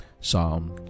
Psalm